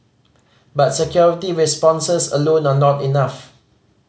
but security responses alone are not enough